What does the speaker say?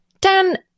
Dan